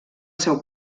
seu